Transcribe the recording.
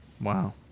Wow